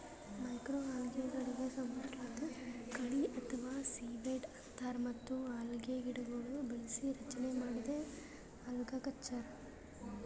ಮೈಕ್ರೋಅಲ್ಗೆಗಳಿಗ್ ಸಮುದ್ರದ್ ಕಳಿ ಅಥವಾ ಸೀವೀಡ್ ಅಂತಾರ್ ಮತ್ತ್ ಅಲ್ಗೆಗಿಡಗೊಳ್ನ್ ಬೆಳಸಿ ರಚನೆ ಮಾಡದೇ ಅಲ್ಗಕಲ್ಚರ್